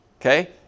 Okay